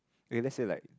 eh let's say like